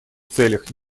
целях